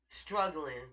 struggling